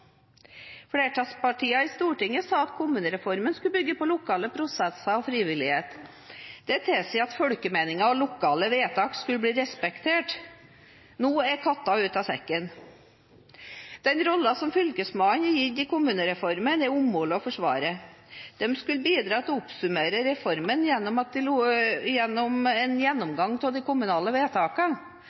Flertallspartiene i Stortinget sa at kommunereformen skulle bygge på lokale prosesser og frivillighet. Det tilsier at folkemeningen og lokale vedtak skulle bli respektert. Nå er katta ute av sekken. Den rollen som Fylkesmannen er gitt i kommunereformen, er umulig å forsvare. De skulle bidra til å oppsummere reformen med en gjennomgang av de kommunale